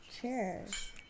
Cheers